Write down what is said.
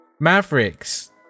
Mavericks